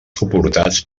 suportats